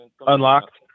Unlocked